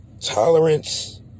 tolerance